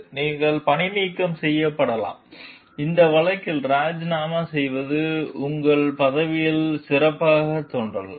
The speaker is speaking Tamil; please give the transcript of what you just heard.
நீங்கள் பணிநீக்கம் செய்யப்படலாம் இந்த வழக்கில் ராஜினாமா செய்வது உங்கள் பதிவில் சிறப்பாகத் தோன்றலாம்